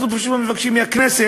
אנחנו פשוט מאוד מבקשים מהכנסת,